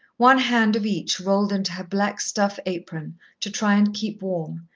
one hand of each rolled into her black-stuff apron to try and keep warm,